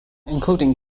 including